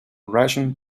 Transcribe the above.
russian